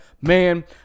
man